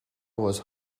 was